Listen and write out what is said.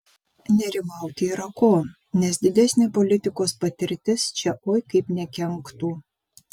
nerimauti yra ko nes didesnė politikos patirtis čia oi kaip nekenktų